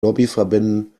lobbyverbänden